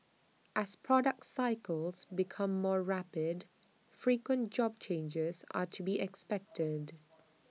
as product cycles become more rapid frequent job changes are to be expected